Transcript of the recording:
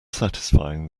satisfying